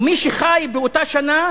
ומי שחי באותה שנה